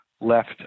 left